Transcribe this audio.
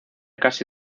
casi